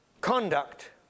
Conduct